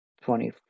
Twenty